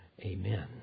Amen